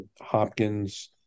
Hopkins